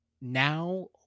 now